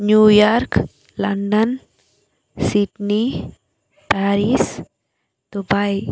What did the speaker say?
New York London Sydney Paris Dubai